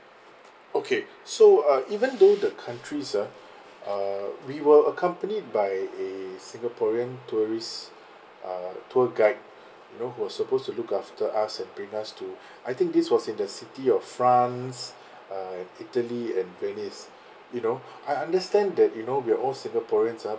okay so uh even though the countries ah uh we were accompanied by a singaporean tourist uh tour guide you know who was supposed to look after us and bring us to I think this was in the city of france uh italy and venice you know I understand that you know we are all singaporeans ah